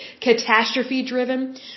catastrophe-driven